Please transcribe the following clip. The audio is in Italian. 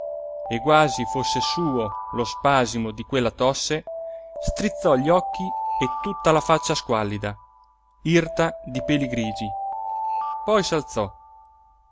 e quasi fosse suo lo spasimo di quella tosse strizzò gli occhi e tutta la faccia squallida irta di peli grigi poi s'alzò